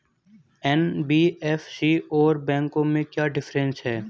NBFC और बैंकों में क्या डिफरेंस है?